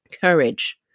courage